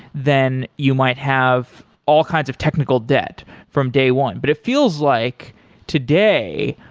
then you might have all kinds of technical debt from day one but it feels like today,